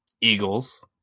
Eagles